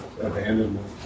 Abandonment